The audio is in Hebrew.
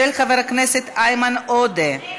של חבר הכנסת איימן עודה.